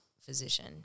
physician